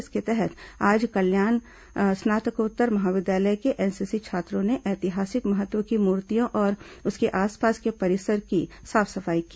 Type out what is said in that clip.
इसके तहत आज कल्याण स्नातकोत्तर महाविद्यालय के एनसीसी छात्रों ने ऐतिहासिक महत्व की मूर्तियों और उसके आसपास के परिसर की साफ सफाई की